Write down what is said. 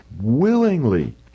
willingly